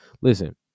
Listen